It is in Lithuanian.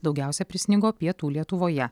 daugiausia prisnigo pietų lietuvoje